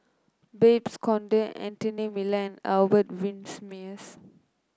Babes Conde Anthony Miller Albert Winsemius